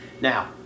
Now